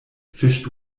fischt